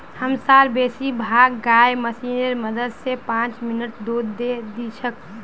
हमसार बेसी भाग गाय मशीनेर मदद स पांच मिनटत दूध दे दी छेक